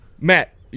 Matt